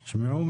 תשמעו,